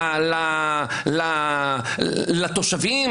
הקלות לתושבים.